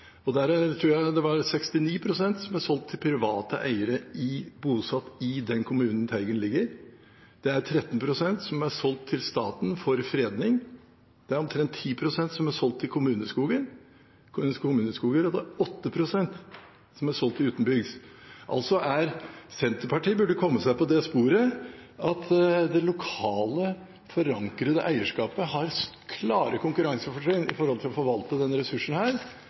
og der tror jeg det var 69 pst. som var solgt til private eiere bosatt i den kommunen teigen ligger i. 13 pst. er solgt til staten for fredning. Omtrent 10 pst. er solgt til kommuneskoger, og 8 pst. er solgt utenbygds. Senterpartiet burde komme seg på det sporet at det lokalt forankrede eierskapet har klare konkurransefortrinn når det gjelder å forvalte denne ressursen,